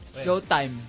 Showtime